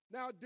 Now